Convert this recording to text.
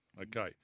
Okay